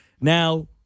Now